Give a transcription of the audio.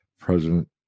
president